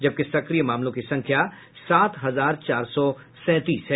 जबकि सक्रिय मामलों की संख्या सात हजार चार सौ सैंतीस है